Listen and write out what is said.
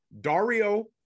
Dario